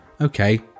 Okay